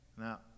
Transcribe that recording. Now